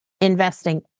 investing